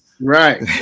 Right